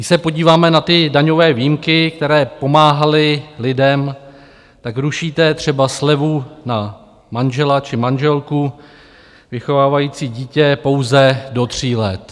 Když se podíváme na ty daňové výjimky, které pomáhaly lidem, tak rušíte třeba slevu na manžela či manželku vychovávající dítě pouze do tří let.